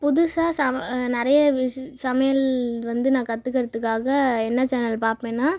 புதுசாக நிறையா சமையல் வந்து நான் கற்றுகுறதுக்காக என்ன சேனல் பார்ப்பேன்னா